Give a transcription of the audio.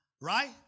Right